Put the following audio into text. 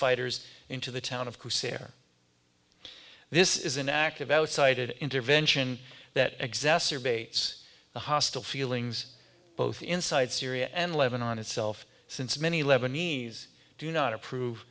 fighters into the town of qusayr this is an act of outside intervention that exacerbates the hostile feelings both inside syria and lebanon itself since many lebanese do not approve